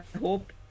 hope